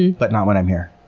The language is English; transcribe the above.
and but not when i'm here.